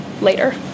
later